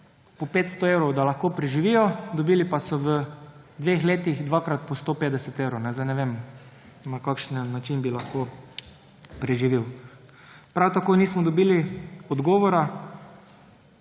po 500 evrov, da lahko preživijo, dobili pa so v dveh letih dvakrat po 150 evrov. Sedaj ne vem, na kakšen način bi lahko preživeli? Prav tako nismo dobili odgovora,